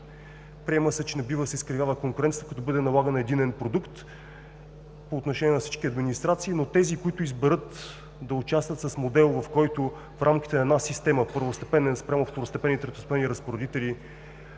приема, че не бива да се изкривява конкуренцията, като бъде налаган единен продукт по отношение на всички администрации. Но тези, които изберат да участват с модел, в който в рамките на една система първостепенен спрямо второстепенните разпоредители